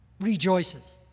rejoices